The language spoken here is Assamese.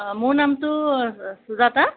মোৰ নামটো চুজাতা